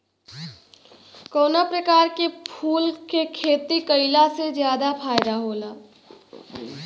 कवना प्रकार के फूल के खेती कइला से ज्यादा फायदा होला?